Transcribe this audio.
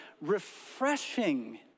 refreshing